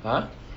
!huh!